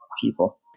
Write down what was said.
people